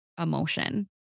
emotion